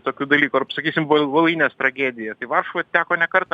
tokių dalykų ar sakysim volynės tragedija tai varšuvoj teko ne kartą